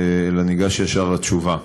ואני אגש ישר לתשובה.